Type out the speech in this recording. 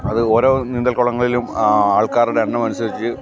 അത് ഓരോ നീന്തൽ കുളങ്ങളിലും ആൾക്കാരുടെ എണ്ണം അനുസരിച്ച്